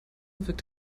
wirkt